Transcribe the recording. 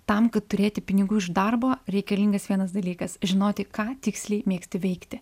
tam kad turėti pinigų iš darbo reikalingas vienas dalykas žinoti ką tiksliai mėgsti veikti